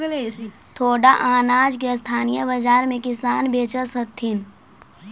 थोडा अनाज के स्थानीय बाजार में किसान बेचऽ हथिन